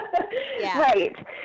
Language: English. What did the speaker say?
Right